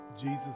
Jesus